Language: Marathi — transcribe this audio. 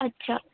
अच्छा